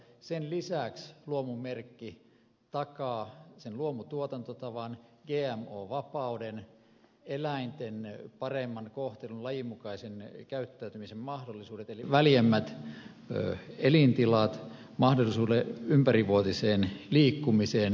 sen lisäksi luomu merkki takaa sen luomutuotantotavan gmo vapauden eläinten paremman kohtelun lajinmukaisen käyttäytymisen mahdollisuudet eli väljemmät elintilat mahdollisuuden ympärivuotiseen liikkumiseen